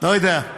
לא יודע.